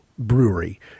brewery